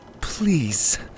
Please